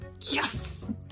Yes